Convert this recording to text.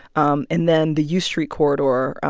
um and then the u street corridor,